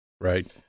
Right